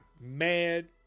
mad